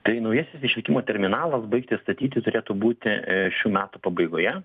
tai naujasis išvykimo terminalas baigti statyti turėtų būti šių metų pabaigoje